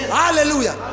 hallelujah